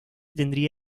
tendría